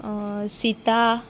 सिता